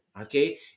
okay